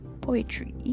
poetry